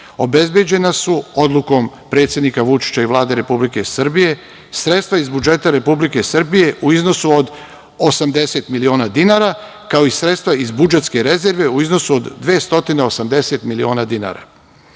obezbezđena su odlukom predsednika Vučića i Vlade Republike Srbije, sredstva iz budžeta Republike Srbije, u iznosu od 80 miliona dinara, kao i sredstva iz budžetske rezerve, u iznosu od 280 miliona dinara.